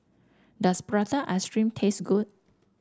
does Prata Ice Cream taste good